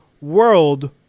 world